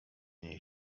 niej